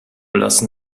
lassen